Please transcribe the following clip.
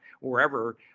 wherever